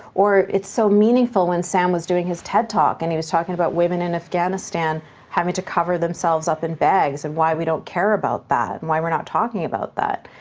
or it's so meaningful when sam was doing his ted talk and he was talking about women in afghanistan having to cover themselves up in bags and why we don't care about that, and why we're not talking about.